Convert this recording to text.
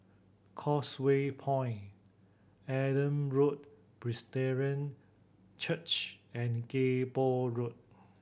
Causeway Point Adam Road Presbyterian Church and Kay Poh Road